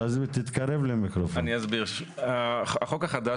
החוק החדש